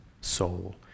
soul